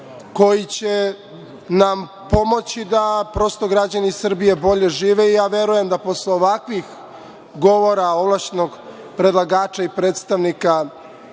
koji će nam pomoći da građani Srbije bolje žive. Verujem da posle ovakvih govora ovlašćenog predlagača i predstavnika